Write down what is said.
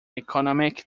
economic